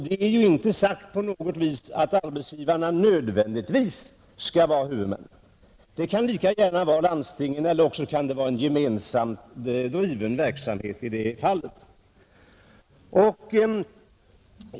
Det är inte alls sagt att arbetsgivarna nödvändigtvis skall vara huvudmän. Det kan lika gärna vara landstingen eller en gemensamt driven verksamhet i det fallet.